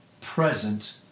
present